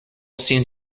seems